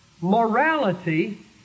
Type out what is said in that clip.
morality